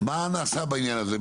מה נעשה בעניין הזה?